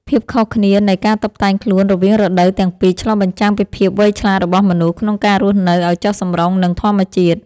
ភាពខុសគ្នានៃការតុបតែងខ្លួនរវាងរដូវទាំងពីរឆ្លុះបញ្ចាំងពីភាពវៃឆ្លាតរបស់មនុស្សក្នុងការរស់នៅឱ្យចុះសម្រុងនឹងធម្មជាតិ។